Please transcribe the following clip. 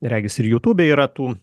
regis ir youtube yra tų